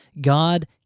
God